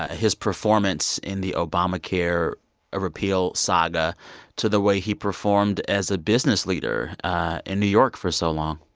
ah his performance in the obamacare ah repeal saga to the way he performed as a business leader in new york for so long?